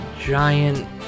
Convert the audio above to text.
giant